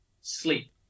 sleep